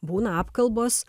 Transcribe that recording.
būna apkalbos